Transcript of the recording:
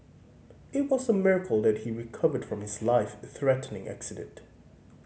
it was a miracle that he recovered from his life threatening accident